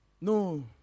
No